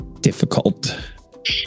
difficult